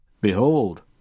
Behold